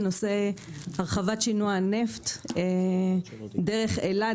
על נושא הרחבת שינוע הנפט דרך אילת,